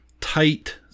tight